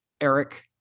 Eric